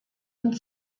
und